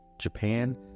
Japan